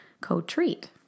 co-treat